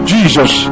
Jesus